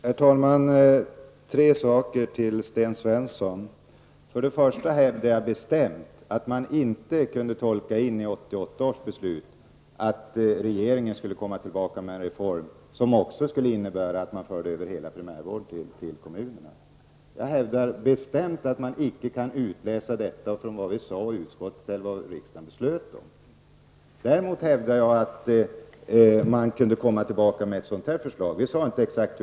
Herr talman! Får jag säga tre saker till Sten Först och främst hävdar jag bestämt att man inte kunde tolka in i 1988 års beslut att regeringen skulle komma tillbaka med en reform som också skulle innebära att man förde över hela primärvården till kommunerna. Jag hävdar bestämt att man inte kan utläsa detta från vad vi sade i utskottet eller från vad riksdagen beslöt. Däremot hävdar jag att man kunde komma tillbaka med ett förslag som det vi har fått.